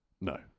no